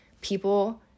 people